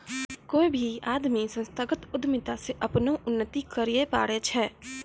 कोय भी आदमी संस्थागत उद्यमिता से अपनो उन्नति करैय पारै छै